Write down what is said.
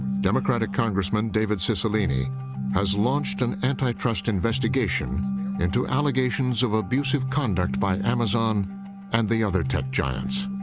democratic congressman david cicilline has launched an antitrust investigation into allegations of abusive conduct by amazon and the other tech giants.